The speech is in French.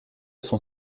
son